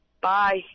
Bye